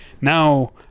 Now